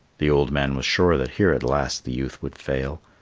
the old man was sure that here at last the youth would fail.